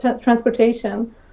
transportation